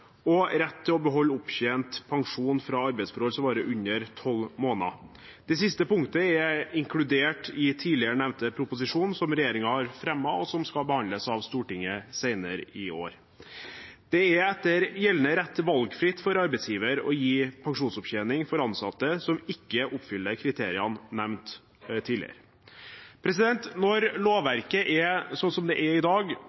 og rett til å beholde opptjent pensjon fra arbeidsforhold som varer under 12 måneder. Det siste punktet er inkludert i tidligere nevnte proposisjon som regjeringen har fremmet, og som skal behandles av Stortinget senere i år. Det er etter gjeldende rett valgfritt for arbeidsgiver å gi pensjonsopptjening for ansatte som ikke oppfyller de tidligere nevnte kriteriene. Når lovverket er slik som det er i dag,